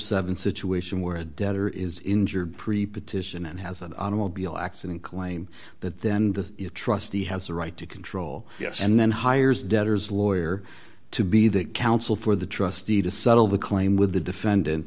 seven situation where a debtor is injured pre partition and has an automobile accident claim that then the trustee has a right to control yes and then hires debtors lawyer to be the counsel for the trustee to settle the claim with the defendant